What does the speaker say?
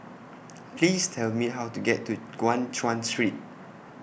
Please Tell Me How to get to Guan Chuan Street